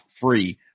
Free